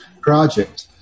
project